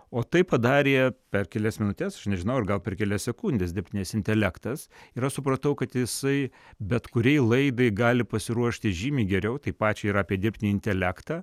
o tai padarė per kelias minutes aš nežinau ar gal per kelias sekundes dirbtinis intelektas ir aš supratau kad jisai bet kuriai laidai gali pasiruošti žymiai geriau tai pačiai ir apie dirbtinį intelektą